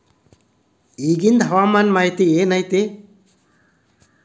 ಇಗಿಂದ್ ಹವಾಮಾನ ಮಾಹಿತಿ ಏನು ಐತಿ?